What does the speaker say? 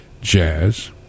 jazz